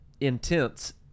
intense